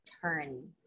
Turn